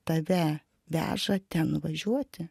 tave veža ten važiuoti